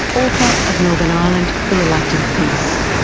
author of northern ireland the reluctant peace.